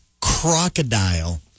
crocodile